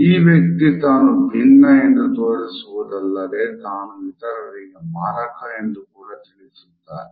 ಈ ವ್ಯಕ್ತಿ ತಾನು ಭಿನ್ನ ಎಂದು ತೋರಿಸುವುದಲ್ಲದೆ ತಾನು ಇತರರಿಗೆ ಮಾರಕ ಎಂದು ಕೂಡ ತಿಳಿಸುತ್ತಾನೆ